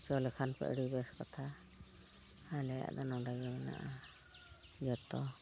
ᱪᱚ ᱞᱮᱠᱷᱟᱱ ᱠᱚ ᱟᱹᱰᱤ ᱵᱮᱥ ᱠᱟᱛᱷᱟ ᱟᱞᱮᱭᱟᱜ ᱫᱚ ᱱᱚᱰᱮ ᱜᱮ ᱢᱮᱱᱟᱜᱼᱟ ᱡᱚᱛᱚ